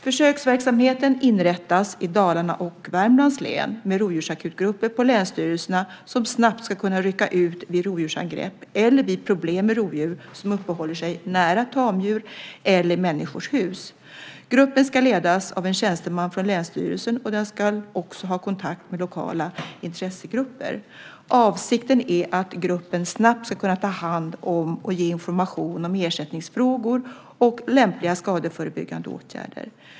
Försöksverksamheten inrättas i Dalarnas och Värmlands län med rovdjursakutgrupper på länsstyrelserna som snabbt ska kunna rycka ut vid rovdjursangrepp eller vid problem med rovdjur som uppehåller sig nära tamdjur eller människors hus. Gruppen ska ledas av en tjänsteman från länsstyrelsen, och den ska också ha kontakt med lokala intressegrupper. Avsikten är att gruppen snabbt ska kunna ta hand om och ge information om ersättningsfrågor och lämpliga skadeförebyggande åtgärder.